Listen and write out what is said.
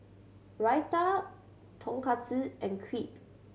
Raita Tonkatsu and Crepe